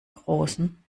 großen